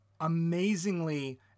amazingly